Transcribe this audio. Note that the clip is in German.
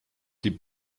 die